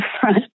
front